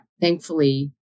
thankfully